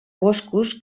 boscos